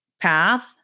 path